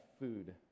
food